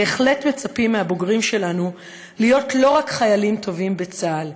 "בהחלט מצפים מהבוגרים שלנו להיות לא רק חיילים טובים בצה"ל,